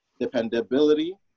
dependability